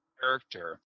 character